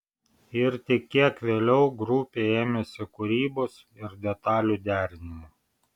ir tik kiek vėliau grupė ėmėsi kūrybos ir detalių derinimo